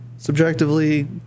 subjectively